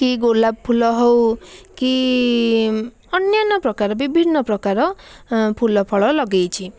କି ଗୋଲାପଫୁଲ ହେଉ କି ଅନ୍ୟାନ୍ୟ ପ୍ରକାର ବିଭିନ୍ନପ୍ରକାର ଫୁଲଫଳ ଲଗାଇଛି